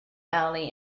alley